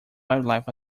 wildlife